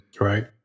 right